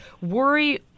worry